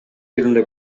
тилинде